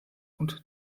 und